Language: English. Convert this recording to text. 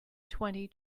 twenty